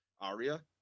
aria